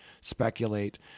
speculate